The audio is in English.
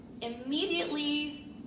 Immediately